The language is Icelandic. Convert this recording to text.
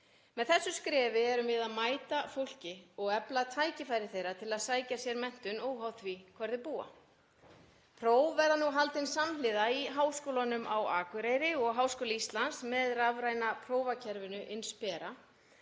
Með þessu skrefi erum við að mæta fólki og efla tækifæri þess til að sækja sér menntun óháð því hvar það býr. Próf verða nú haldin samhliða í Háskólanum á Akureyri og Háskóla Íslands með rafræna prófakerfinu Inspera